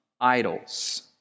idols